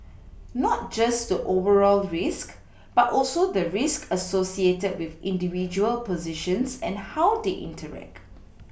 not just the overall risk but also the risk associated with individual positions and how they interact